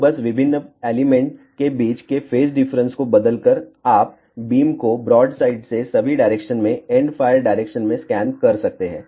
तो बस विभिन्न एलिमेंट के बीच के फेज डिफरेंस को बदलकर आप बीम को ब्रॉडसाइड से सभी डायरेक्शन में एंडफ़ायर डायरेक्शन में स्कैन कर सकते हैं